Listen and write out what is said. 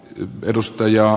arvoisa puhemies